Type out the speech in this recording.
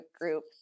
group